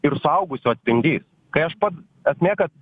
ir suaugusių atspindys kai aš pats esmė kad